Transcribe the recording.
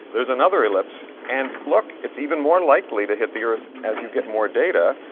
there's another ellipse and look, it's even more likely to hit the earth as you get more data,